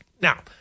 Now